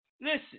Listen